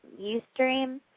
Ustream